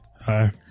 Hi